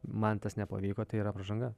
man tas nepavyko tai yra pražanga